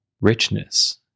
richness